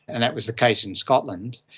and that was the case in scotland.